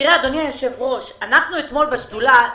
אתמול העלינו נושא בשדולה.